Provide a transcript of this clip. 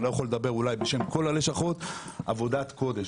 אני לא יכול לדבר בשם כל הלשכות עבודת קודש.